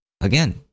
again